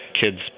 kids